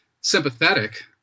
sympathetic